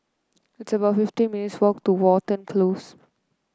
it's about fifty minutes' walk to Watten Close